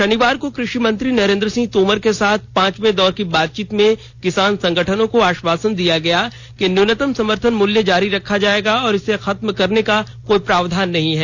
शनिवार को कृषि मंत्री नरेंद्र सिंह तोमर के साथ पांचवे दौर की बातचीत में किसान संगठनों को आश्वासन दिया गया कि न्यूनतम समर्थन मूल्य जारी रखा जाएगा और इसे खत्म करने का कोई प्रस्ताव नहीं है